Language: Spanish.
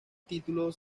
título